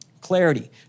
Clarity